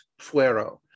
Fuero